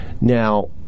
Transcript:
Now